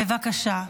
בבקשה.